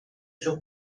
sur